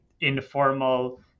informal